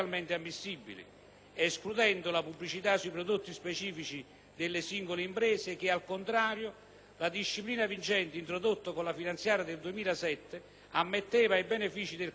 escludendo la pubblicità sui prodotti specifici delle singole imprese che, al contrario, la disciplina vigente, introdotta con la finanziaria 2007, ammetteva ai benefici del credito d'imposta.